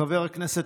חבר הכנסת